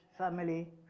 family